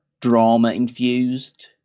drama-infused